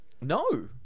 No